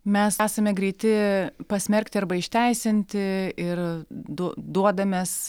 mes esame greiti pasmerkti arba išteisinti ir du duodamės